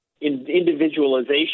individualization